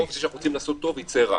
מרוב זה שאנחנו רוצים לעשות טוב, יצא רע.